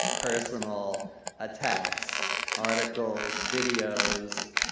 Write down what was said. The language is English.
personal attacks. articles, videos,